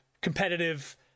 competitive